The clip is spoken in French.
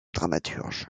dramaturge